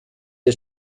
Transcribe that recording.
der